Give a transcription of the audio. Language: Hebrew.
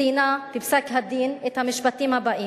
ציינה בפסק-הדין את המשפטים הבאים: